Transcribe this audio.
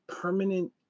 permanent